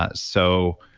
ah so,